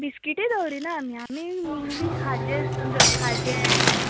बिस्किटी दवरिना आमी आमी मॅनली खाजें ज खाजें